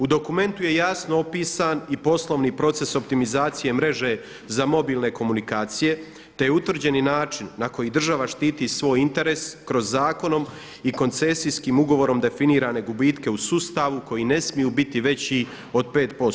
U dokumentu je jasno opisan i poslovni proces optimizacije mreže za mobilne komunikacije, te je utvrđeni način na koji država štiti svoj interes kroz 60 milijuna zakonom i koncesijskim ugovorom definirane gubitke u sustavu koji ne smiju biti veći od 5%